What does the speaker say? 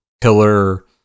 pillar